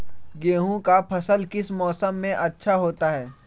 गेंहू का फसल किस मौसम में अच्छा होता है?